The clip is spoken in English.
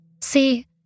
See